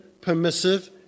permissive